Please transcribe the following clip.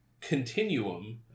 continuum